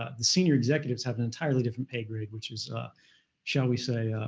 ah the senior executives have an entirely different pay grade, which is shall we say,